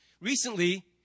Recently